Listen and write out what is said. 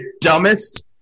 dumbest